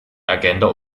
agenda